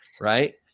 right